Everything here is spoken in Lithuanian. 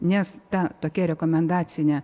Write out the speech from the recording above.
nes ta tokia rekomendacinė